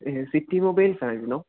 ഇഹ് city മൊബൈൽസായിരുന്നോ